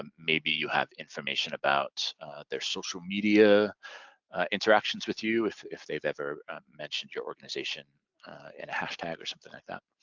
um maybe you have information about their social media interactions with you, if if they've ever mentioned your organization in a hashtag or something like that.